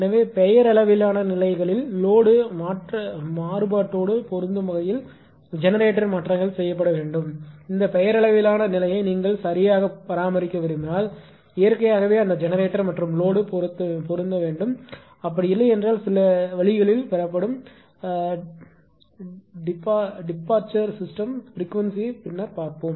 எனவே பெயரளவிலான நிலைகளில் லோடு மாறுபாட்டோடு பொருந்தும் வகையில் ஜெனரேட்டர் மாற்றங்கள் செய்யப்பட வேண்டும் இந்த பெயரளவிலான நிலையை நீங்கள் யாக பராமரிக்க விரும்பினால் இயற்கையாகவே அந்த ஜெனரேட்டர் மற்றும் லோடு பொருந்த வேண்டும் அப்படி இல்லையென்றால் அது சில வழிகளில் பெறப்படும் டிபார்சர் சிஸ்டம் பிரிகுவென்ஸியை பின்னர் பார்ப்போம்